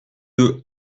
deux